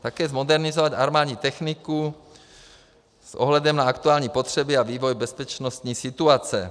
Také zmodernizovat armádní techniku s ohledem na aktuální potřeby a vývoj bezpečnostní situace.